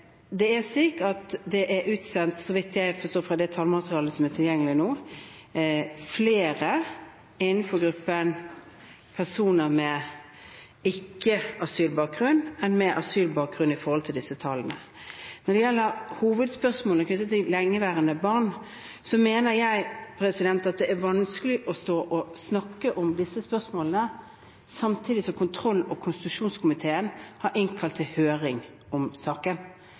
Det er slik, så vidt jeg forstår det tallmaterialet som er tilgjengelig nå, at det er utsendt flere innenfor gruppen av personer med ikke-asylbakgrunn enn personer med asylbakgrunn. Når det gjelder hovedspørsmålet knyttet til lengeværende barn, mener jeg det er vanskelig å stå og snakke om disse spørsmålene samtidig som kontroll- og konstitusjonskomiteen har innkalt til høring om saken.